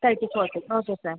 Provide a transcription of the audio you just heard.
thirty forty okay sir